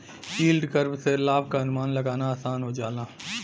yield curve से लाभ क अनुमान लगाना आसान हो जाला